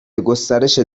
گسترش